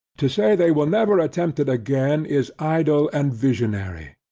to say, they will never attempt it again is idle and visionary,